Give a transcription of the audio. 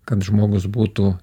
kad žmogus būtų